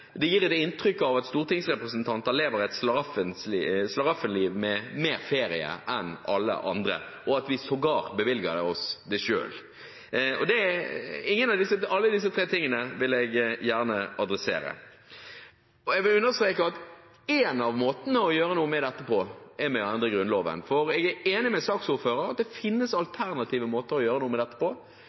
det gir et inntrykk av at stortingsrepresentanter lever et slaraffenliv med mer ferie enn alle andre, og at vi sågar bevilger oss det selv. Alle disse tre tingene vil jeg gjerne adressere. Jeg vil understreke at én av måtene å gjøre noe med dette på er å endre Grunnloven, for jeg er enig med saksordføreren i at det finnes alternative måter å gjøre dette på.